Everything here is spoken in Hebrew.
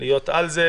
להיות על זה.